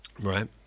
Right